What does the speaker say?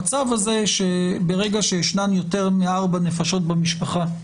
המצב הזה שברגע שישנם יותר מארבע נפשות במשפחה,